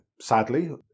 sadly